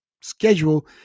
schedule